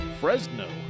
Fresno